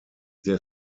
der